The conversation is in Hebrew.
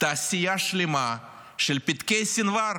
תעשייה שלמה של פתקי סנוואר.